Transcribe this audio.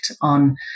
on